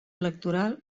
electoral